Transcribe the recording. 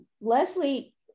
Leslie